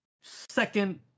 second